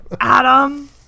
Adam